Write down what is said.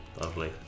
Lovely